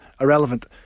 Irrelevant